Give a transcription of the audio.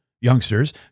youngsters